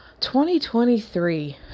2023